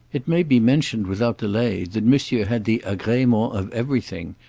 it may be mentioned without delay that monsieur had the agrement of everything,